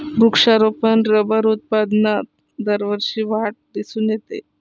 वृक्षारोपण रबर उत्पादनात दरवर्षी वाढ दिसून येते